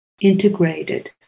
integrated